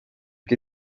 que